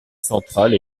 centrale